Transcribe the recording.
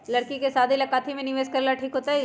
लड़की के शादी ला काथी में निवेस करेला ठीक होतई?